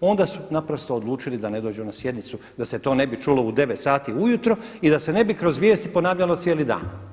onda su naprosto odlučili da ne dođu na sjednicu da se to ne bi čulo u 9 sati ujutro i da se ne bi kroz vijesti ponavljalo cijeli dan.